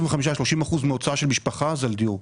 25%-30% מהוצאה של משפחה זה על דיור.